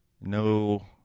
No